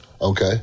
Okay